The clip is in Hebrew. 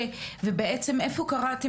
ובעצם איפה קראתי,